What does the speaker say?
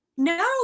No